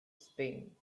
spain